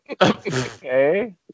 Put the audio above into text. Okay